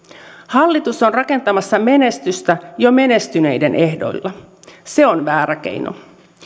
hallitus on rakentamassa menestystä jo menestyneiden ehdoilla se on väärä keino